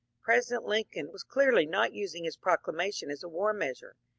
president lincoln was clearly not using his proclamation as a war measure.